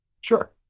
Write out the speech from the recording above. Sure